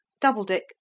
Doubledick